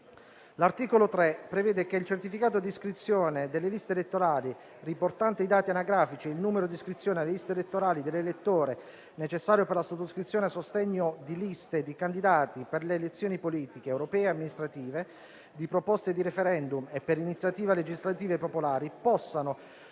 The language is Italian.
L'articolo 3 prevede che il certificato di iscrizione nelle liste elettorali riportante i dati anagrafici e il numero di iscrizione alle liste elettorali dell'elettore, necessario per la sottoscrizione a sostegno di liste di candidati per le elezioni politiche, europee e amministrative, di proposte di *referendum* e per iniziative legislative popolari, possa